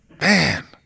Man